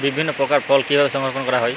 বিভিন্ন প্রকার ফল কিভাবে সংরক্ষণ করা হয়?